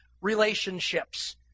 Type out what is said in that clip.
relationships